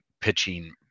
pitching